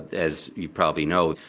as you probably know,